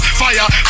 fire